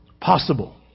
possible